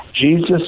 Jesus